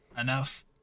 enough